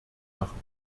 machen